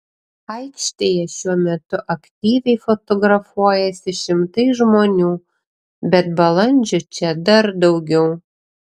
aikštėje šiuo metu aktyviai fotografuojasi šimtai žmonių bet balandžių čia dar daugiau